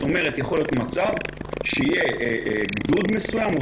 יכול להיות מצב שיהיה גדוד מסוים או